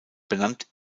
benannt